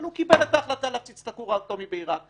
אבל הוא קיבל את החלטה להפציץ את הכור האטומי בעירק.